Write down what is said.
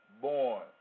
born